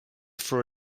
for